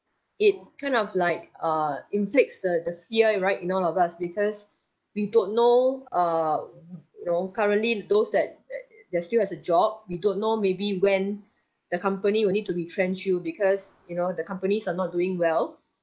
it kind of like uh inflicts the the fear right in all of us because we don't know err you know currently those that that that still has a job we don't know maybe when the company will need to retrench you because you know the companies are not doing well